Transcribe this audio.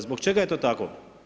Zbog čega je to tako?